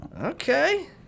Okay